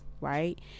right